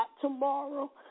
tomorrow